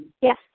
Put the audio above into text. Yes